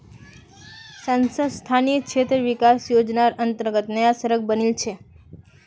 सांसद स्थानीय क्षेत्र विकास योजनार अंतर्गत नया सड़क बनील छै